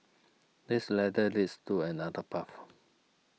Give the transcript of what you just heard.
this ladder leads to another path